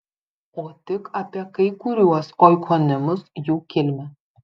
o tik apie kai kuriuos oikonimus jų kilmę